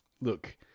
look